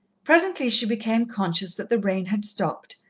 presently she became conscious that the rain had stopped,